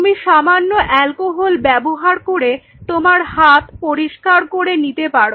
তুমি সামান্য অ্যালকোহল ব্যবহার করে তোমার হাত পরিষ্কার করে নিতে পারো